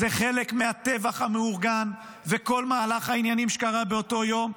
זה חלק מהטבח המאורגן וכל מהלך העניינים שקרה באותו יום.